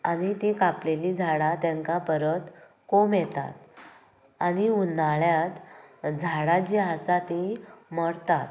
आनी ती कांपलेली झाडां तेंकां परत कोंब येता आनी उन्हाळ्यात झाडां जी आसात ती मरतात